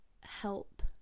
help